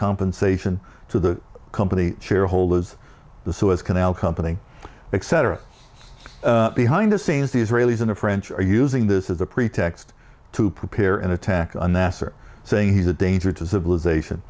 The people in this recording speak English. compensation to the company shareholders the suez canal company etc behind the scenes the israelis and the french are using this as a pretext to prepare an attack on nasser saying he's a danger to civilization